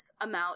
amount